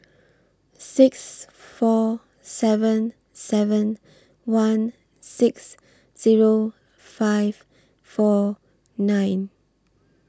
six four seven seven one six Zero five four nine